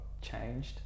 changed